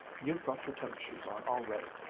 you've got your tennis shoes on already.